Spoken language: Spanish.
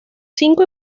cinco